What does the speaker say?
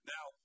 Now